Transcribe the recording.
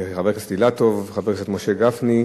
חבר הכנסת אילטוב וחבר הכנסת משה גפני,